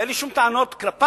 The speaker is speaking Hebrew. ואין לי שום טענות כלפיו,